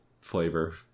flavor